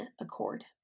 accord